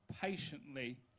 patiently